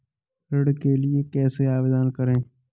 ऋण के लिए कैसे आवेदन करें?